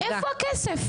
איפה הכסף?